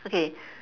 okay